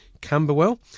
Camberwell